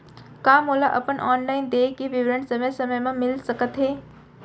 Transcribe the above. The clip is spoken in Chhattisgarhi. का मोला अपन ऑनलाइन देय के विवरण समय समय म मिलिस सकत हे?